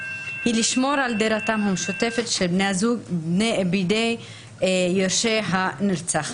היא לשמור על דירתם המשותפת של בני הזוג בידי יורשי הנרצחת.